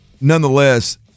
nonetheless